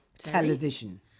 Television